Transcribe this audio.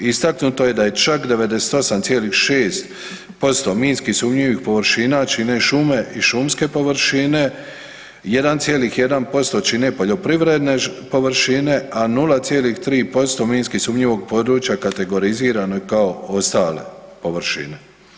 Istaknuto je da je čak 98,6% minski sumnjivih površina čine šume i šumske površine, 1,1% čine poljoprivredne površine, a 0,3% minski sumnjivog područja kategorizirano je kao ostale površine.